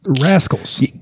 rascals